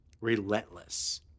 relentless